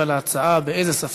במגזר, זה מה שעושים?